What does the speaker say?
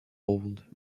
old